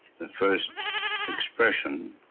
the first expression